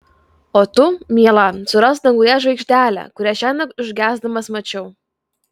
o tu miela surask danguje žvaigždelę kurią šiąnakt užgesdamas mačiau